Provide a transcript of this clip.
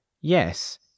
yes